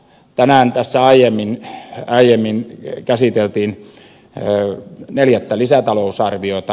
tänään aiemmin käsiteltiin neljättä lisätalousarviota